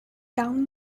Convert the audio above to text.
down